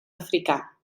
africà